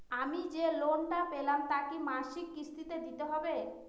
আমি যে লোন টা পেলাম তা কি মাসিক কিস্তি তে দিতে হবে?